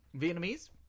vietnamese